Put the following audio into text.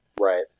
Right